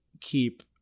keep